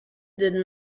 did